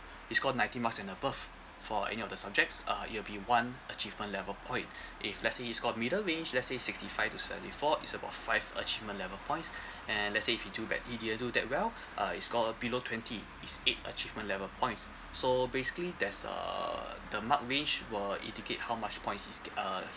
he score ninety marks and above for any of the subjects uh it will be one achievement level point if let's say he's got middle range let's say sixty five to seventy four it's about five achievement level points and let's say if he do bad he didn't do that well uh he's scored uh below twenty it's eight achievement level points so basically that's uh the mark range will indicate how much points he's get uh